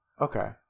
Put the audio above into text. Okay